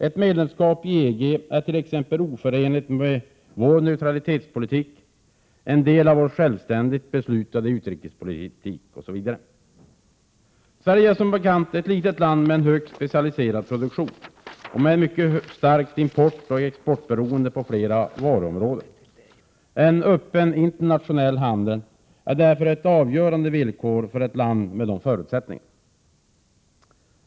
Ett medlemskap i EG är t.ex. oförenligt med vår neutralitetspolitik, en del av vår självständigt beslutade utrikespolitik osv. Sverige är som bekant ett litet land med en högt specialiserad produktion och med ett mycket starkt importoch exportberoende på flera varuområden. En öppen internationell handel är ett avgörande villkor för ett land med dessa förutsättningar.